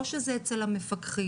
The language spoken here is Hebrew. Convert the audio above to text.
או שזה אצל המפקחים,